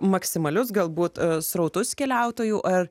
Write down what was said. maksimalius galbūt srautus keliautojų ar